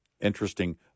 interesting